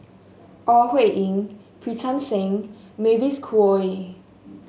Ore Huiying Pritam Singh Mavis Khoo Oei